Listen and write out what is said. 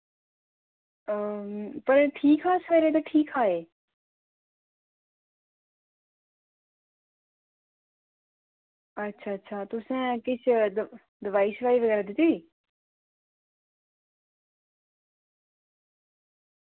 ते ठीक हा सवेरे ते ठीक हा एह् अच्छा अच्छा तुसें किश दो दोआई शोआई बगैरा दित्ती